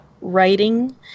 writing